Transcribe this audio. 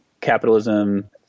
capitalism